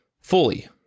fully